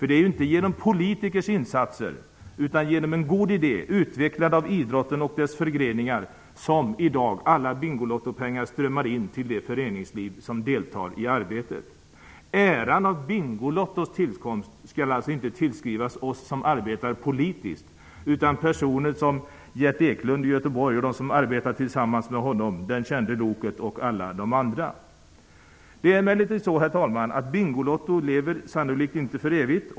Det är ju inte genom politikers insatser, utan genom en god idé som utvecklats av idrotten och dess förgreningar, som i dag alla pengar från Bingolotto strömmar in till det föreningsliv som deltager i arbetet. Äran av Bingolottos tillkomst skall alltså inte tillskrivas oss som arbetar politiskt utan personer som Gert Eklund i Göteborg samt dem som arbetar tillsammans med honom och den kände mannen, Det är emellertid så, herr talman, att Bingolotto sannolikt inte lever för evigt.